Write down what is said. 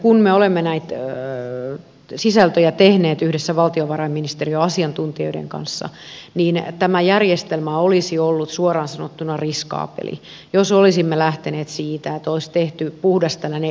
kun me olemme näitä sisältöjä tehneet yhdessä valtiovarainministeriön asiantuntijoiden kanssa niin tämä järjestelmä olisi ollut suoraan sanottuna riskaabeli jos olisimme lähteneet siitä että olisi tehty puhdas tällainen ei budjettirahoitus